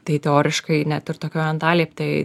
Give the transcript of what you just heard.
tai teoriškai net ir tokioj antalieptėj